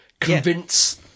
convince